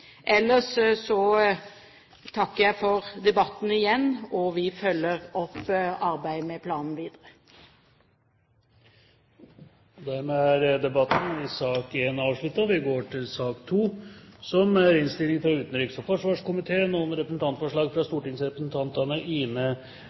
Ellers takker jeg for debatten igjen. Vi følger opp arbeidet med planen videre. Dermed er debatten i sak nr. 1 avsluttet. Etter ønske fra utenriks- og forsvarskomiteen vil presidenten foreslå at taletiden begrenses til 40 minutter og